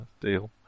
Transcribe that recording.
deal